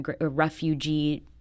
refugee